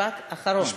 משפט אחרון.